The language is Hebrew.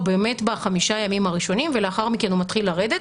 בחמישה ימים הראשונים ולאחר מכן הוא מתחיל לרדת,